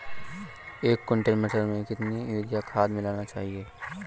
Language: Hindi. एक कुंटल मटर में कितना यूरिया खाद मिलाना चाहिए?